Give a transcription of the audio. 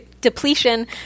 depletion